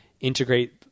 integrate